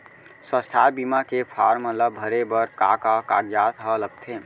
स्वास्थ्य बीमा के फॉर्म ल भरे बर का का कागजात ह लगथे?